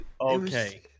Okay